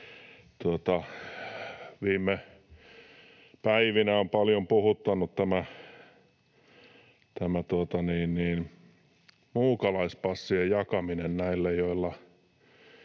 viime päivinä on paljon puhuttanut tämä muukalaispassien jakaminen näille, joilla